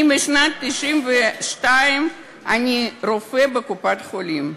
משנת 1992 אני רופא בקופת-החולים,